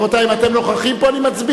רבותי, אם אתם נוכחים פה אני מצביע.